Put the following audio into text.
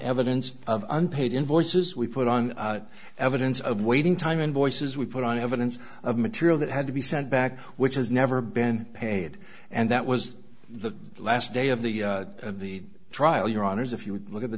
evidence of unpaid invoices we put on evidence of waiting time invoices we put on evidence of material that had to be sent back which has never been paid and that was the last day of the trial your honour's if you look at the